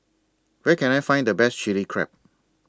Where Can I Find The Best Chili Crab